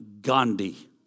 Gandhi